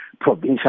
provincial